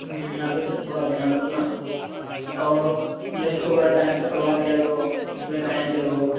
आगे से थोड़ा ध्यान रखना और लंच वगैरह टाइम से करवा दिया करो अपने टाइम पर रहो